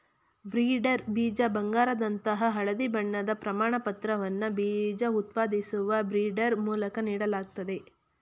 breeder ಬೀಜ ಬಂಗಾರದಂತಹ ಹಳದಿ ಬಣ್ಣದ ಪ್ರಮಾಣಪತ್ರವನ್ನ ಬೀಜ ಉತ್ಪಾದಿಸುವ ಬ್ರೀಡರ್ ಮೂಲಕ ನೀಡಲಾಗ್ತದೆ